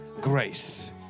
grace